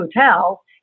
Hotel